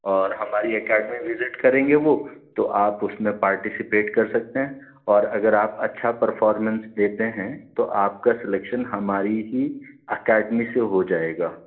اور ہماری academy visit کریں گے وہ تو آپ اس میں پارٹیسپیٹ کر سکتے ہیں اور اگر آپ اچھا پرفارمنس دیتے ہیں تو آپ کا سلیکشن ہماری ہی اکیڈمی سے ہو جائے گا